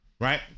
right